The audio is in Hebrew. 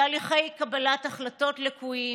תהליכי קבלת החלטות לקויים,